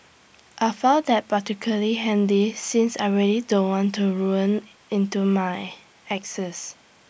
I found that particularly handy since I really don't want to ruin into my exes